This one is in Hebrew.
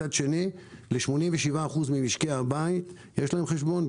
מצד שני, ל-87% ממשקי הבית יש חשבון.